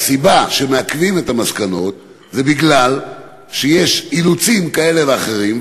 והסיבה שמעכבים את המסקנות היא שיש אילוצים כאלה ואחרים,